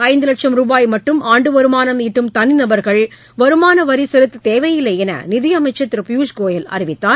ஐந்து லட்சம் ரூபாய் மட்டும் ஆண்டு வருமானம் ஈட்டும் தனி நபர்கள் வருமான வரி செலுத்த தேவையில்லை என்று நிதி அமைச்சர் திரு பியூஷ் கோயல் அறிவித்தார்